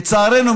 לצערנו,